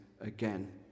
again